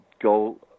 go